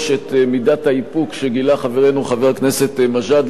את מידת האיפוק שגילה חברנו חבר הכנסת מג'אדלה,